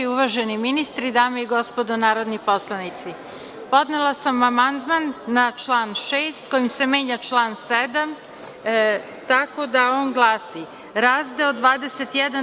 Uvaženi ministri, dame i gospodo narodni poslanici, podnela sam amandman na član 6. kojim se menja član 7. tako da on glasi - Razdeo 21.